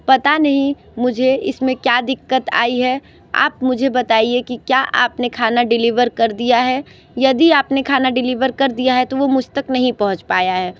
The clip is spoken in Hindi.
पता नही मुझे इसमें क्या दिक्कत आई है आप मुझे बताइए कि क्या आपने खाना डिलीवर कर दिया है यदि आपने खाना डिलीवर कर दिया है तो वह मुझ तक नहीं पहुँच पाया है